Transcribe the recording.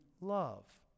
love